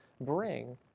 bring